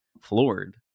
floored